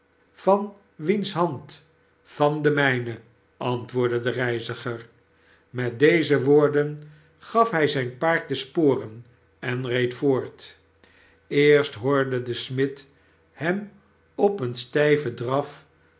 van wiens hand van de mijne antwoordde de reiziger met deze woorden gaf hij zijn paard de sporen en reed voort eerst hoorde de smid hem op een stijven draf